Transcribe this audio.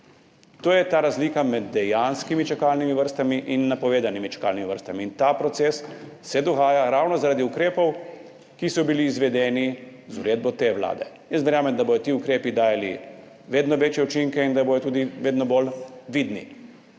To je ta razlika med dejanskimi čakalnimi vrstami in napovedanimi čakalnimi vrstami. In ta proces se dogaja ravno zaradi ukrepov, ki so bili izvedeni z uredbo te vlade. Jaz verjamem, da bodo ti ukrepi dajali vedno večje učinke in da bodo tudi vedno bolj vidni